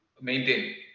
Maintain